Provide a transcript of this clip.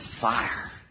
fire